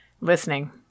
listening